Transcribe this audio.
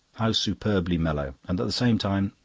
how superbly mellow! and at the same time,